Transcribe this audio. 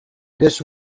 this